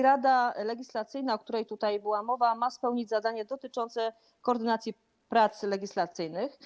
Rada Legislacyjna, o której tutaj była mowa, ma spełnić zadanie dotyczące koordynacji prac legislacyjnych.